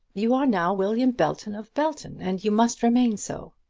you are now william belton of belton, and you must remain so.